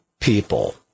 people